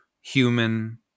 human